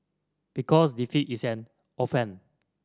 because defeat is an orphan